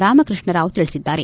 ರಾಮಕೃಷ್ಣ ರಾವ್ ತಿಳಿಸಿದ್ದಾರೆ